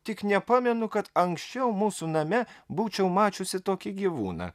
tik nepamenu kad anksčiau mūsų name būčiau mačiusi tokį gyvūną